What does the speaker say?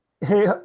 hey